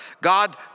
God